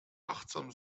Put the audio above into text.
achtsam